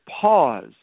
pause